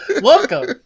Welcome